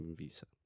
visa